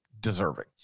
deserving